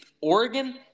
Oregon